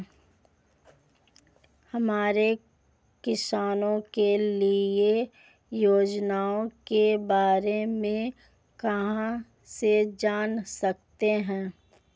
हम किसानों के लिए योजनाओं के बारे में कहाँ से जान सकते हैं?